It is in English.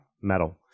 metal